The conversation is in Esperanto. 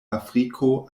afriko